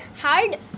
hard